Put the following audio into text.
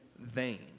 vain